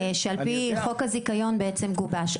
שעל פי חוק הזיכיון בעצם גובש,